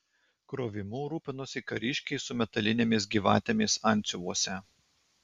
krovimu rūpinosi kariškiai su metalinėmis gyvatėmis antsiuvuose